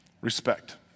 respect